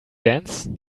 dance